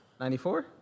94